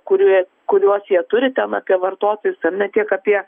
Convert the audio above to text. kurie kuriuos jie turi ten apie vartotojus ar ne tiek apie